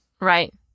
Right